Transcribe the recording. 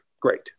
great